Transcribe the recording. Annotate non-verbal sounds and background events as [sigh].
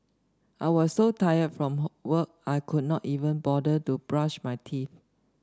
I was so tired from [unintelligible] work I could not even bother to brush my teeth